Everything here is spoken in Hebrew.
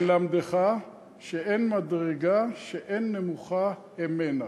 "ללמדך שאין מדרגה שאין נמוכה הימנה".